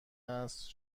است